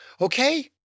okay